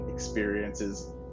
experiences